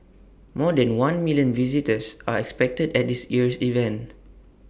more than one million visitors are expected at this year's event